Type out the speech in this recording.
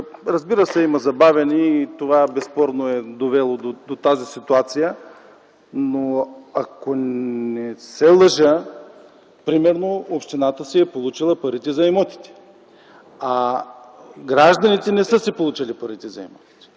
Разбира се, има забавяне и това безспорно е довело до тази ситуация, но ако не се лъжа, общината си е получила парите за имотите, гражданите не са ги получили. Упорито се